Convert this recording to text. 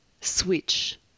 switch